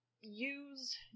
use